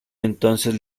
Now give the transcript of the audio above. entonces